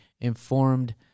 informed